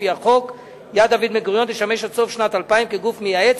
לפי החוק "יד דוד בן-גוריון" תשמש עד סוף שנת 2000 כגוף מייעץ